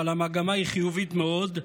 אבל המגמה היא חיובית מאוד.